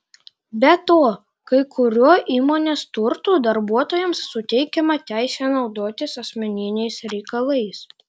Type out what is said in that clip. be to kai kuriuo įmonės turtu darbuotojams suteikiama teisė naudotis asmeniniais reikalais